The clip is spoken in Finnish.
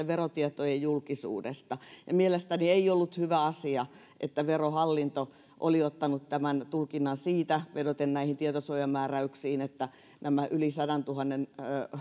verotietojen julkisuudesta mielestäni ei ollut hyvä asia että verohallinto oli ottanut sen tulkinnan vedoten näihin tietosuojamääräyksiin että yli sadantuhannen